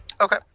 Okay